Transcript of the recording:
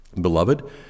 Beloved